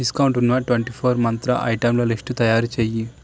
discount ఉన్న twenty four మంత్ర ఐటెంల లిస్టు తయారుచేయి